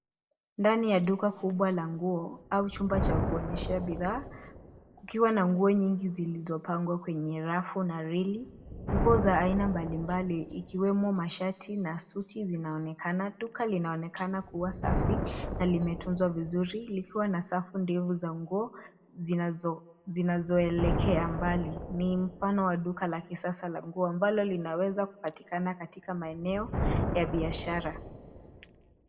Ndani ya duka kubwa la nguo au chumba cha kuonyeshea bidhaa kukiwa na nguo nyingi zilizopangwa kwenye rafu na reli. Nguo za aina mbalimbali ikiwemo mashati na suti zinaonekana. Duka linaonekana kuwa safi na limetunzwa vizuri likiwa na safu ndefu za nguo zinazo elekea mbali. Ni mfano wa duka la kisasa la nguo ambalo linaweza kupatikana katika maeneo ya biashara.